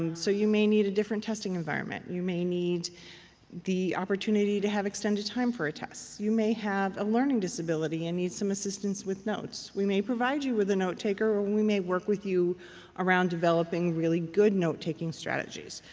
um so you may need a different testing environment. you may need the opportunity to have extended time for a test. you may have a learning disability and need some assistance with notes. we may provide you with a note-taker, or we may work with you around developing really good note-taking strategies.